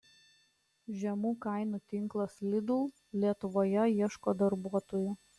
žemų kainų tinklas lidl lietuvoje ieško darbuotojų